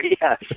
yes